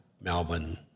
Melbourne